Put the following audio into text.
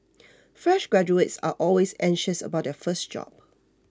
fresh graduates are always anxious about their first job